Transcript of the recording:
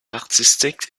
artistique